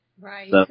Right